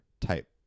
type